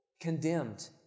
Condemned